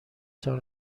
تان